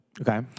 Okay